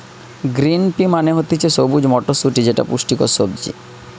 green pea মানে হতিছে সবুজ মটরশুটি যেটা পুষ্টিকর সবজি